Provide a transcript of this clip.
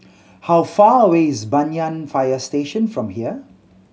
how far away is Banyan Fire Station from here